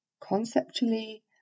conceptually